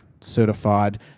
certified